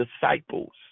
disciples